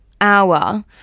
hour